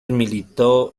militó